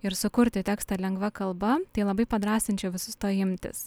ir sukurti tekstą lengva kalba tai labai padrąsinčiau visus to imtis